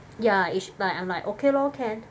ya it's like I'm like okay lor can